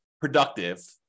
productive